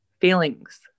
feelings